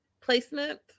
placement